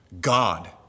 God